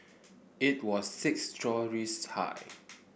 it was six storeys high